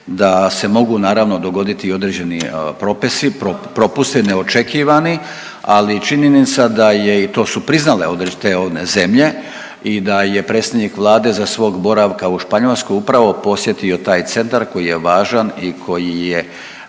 da se mogu naravno dogoditi i određeni propusti neočekivani, ali činjenica da je i to su priznale te zemlje i da je predsjednik vlade za svog boravka u Španjolskoj upravo posjetio taj centar koji je važan i koji je